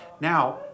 Now